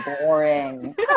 boring